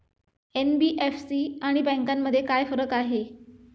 NBFC आणि बँकांमध्ये काय फरक आहे?